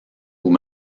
vous